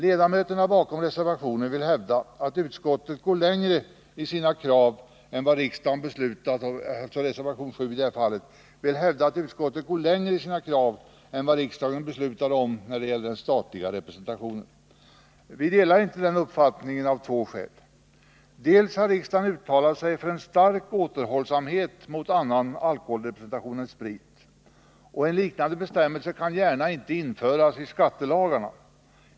Ledamöterna bakom reservation 7 vill hävda att utskottet går längre i sina krav än vad riksdagen beslutat om när det gäller den statliga representationen. Vi delar inte den uppfattningen — av två skäl. Dels har riksdagen uttalat sig för en stark återhållsamhet med annan alkoholrepresentation än sprit, och en liknande bestämmelse kan inte gärna införas i skattelagarna.